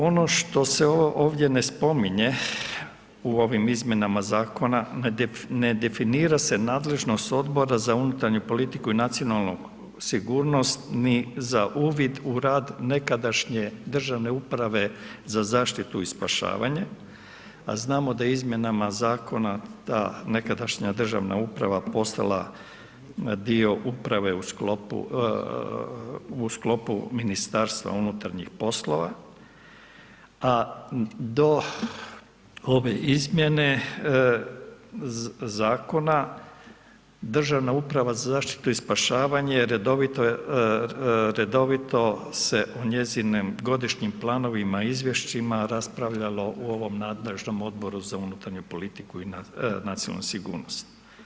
Ono što se ovdje ne spominje u ovim izmjenama zakona ne definira se nadležnost Odbora za unutarnju politiku i nacionalnu sigurnost, ni za sigurnost u rad nekadašnje državne uprave za zaštitu i spašavanje, a znamo da izmjenama zakona, ta nekadašnja državna uprava postala dio uprave u sklopu Ministarstva unutarnjih poslova, a do ove izmjene zakona, državna uprava za zaštitu i spašavanje, redovito se o njezinim godišnjim, planovima, izvješćima, raspravljalo u ovom nadležnom Odboru za unutarnju politiku i nacionalnu sigurnost.